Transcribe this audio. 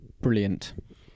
Brilliant